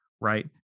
right